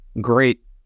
great